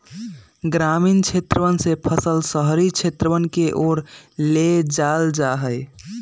ग्रामीण क्षेत्रवन से फसल शहरी क्षेत्रवन के ओर ले जाल जाहई